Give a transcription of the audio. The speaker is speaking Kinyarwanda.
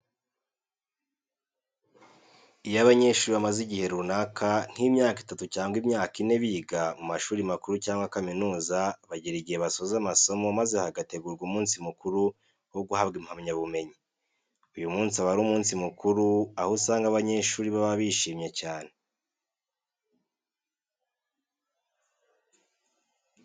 Iyo abanyeshuri bamaze igihe runaka nk'imyaka itatu cyangwa imyaka ine biga mu mashuri makuru cyangwa kaminuza bagera igihe basoza amasomo maze hagategurwa umunsi mukuru wo guhabwa impamyabumenyi. Uyu munsi uba ari umunsi mukuru aho usanga abanyeshuri baba bishimye cyane.